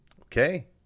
Okay